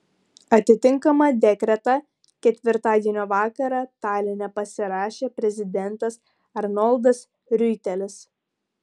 atitinkamą dekretą ketvirtadienio vakarą taline pasirašė prezidentas arnoldas riuitelis